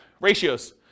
ratios